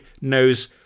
knows